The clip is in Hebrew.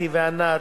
אתי וענת,